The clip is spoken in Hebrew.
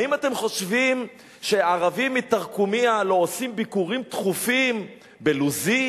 האם אתם חושבים שערבים מתרקומיא לא עושים ביקורים תכופים בלוזית,